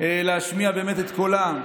להשמיע את קולם,